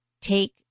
take